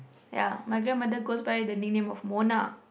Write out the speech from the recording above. ya my grandma goes by the nick name of Mona